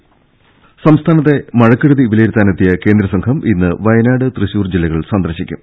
ള ൽ ശ്വ ശ്വ ശ്വ ശ സംസ്ഥാനത്തെ മഴക്കെടുതി വിലയിരുത്താനെത്തിയ കേന്ദ്ര സംഘം ഇന്ന് വയനാട് തൃശൂർ ജില്ലകൾ സന്ദർശിക്കും